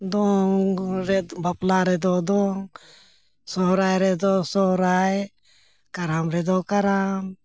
ᱫᱚᱝ ᱨᱮ ᱵᱟᱯᱞᱟ ᱨᱮᱫᱚ ᱫᱚᱝ ᱥᱚᱦᱨᱟᱭ ᱨᱮᱫᱚ ᱥᱚᱦᱨᱟᱭ ᱠᱟᱨᱟᱢ ᱨᱮᱫᱚ ᱠᱟᱨᱟᱢ